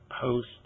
post